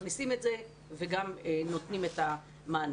מכניסים את זה וגם נותנים את המענה.